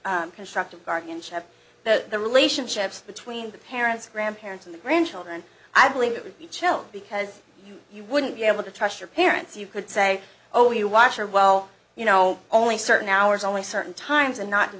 of constructive guardianship the the relationships between the parents grandparents and the grandchildren i believe it would be chilled because you wouldn't be able to trust your parents you could say oh you wash your well you know only certain hours only certain times and not